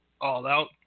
all-out